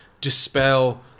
dispel